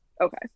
okay